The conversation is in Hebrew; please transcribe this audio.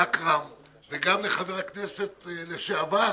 לאכרם וגם לחבר הכנסת לשעבר,